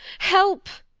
help!